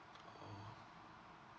orh